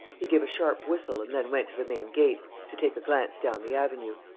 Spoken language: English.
he gave a sharp whistle and then went to the main gate, to take a glance down the avenue.